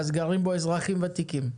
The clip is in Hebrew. אז גרים בו אזרחים ותיקים.